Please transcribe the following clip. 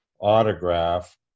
autograph